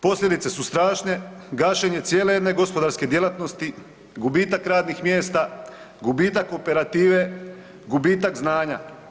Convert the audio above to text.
Posljedice su strašne, gašenje cijele jedne gospodarske djelatnosti, gubitak radnih mjesta, gubitak operative, gubitak znanja.